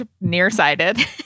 nearsighted